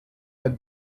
ein